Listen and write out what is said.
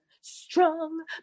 strong